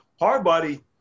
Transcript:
Hardbody